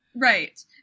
Right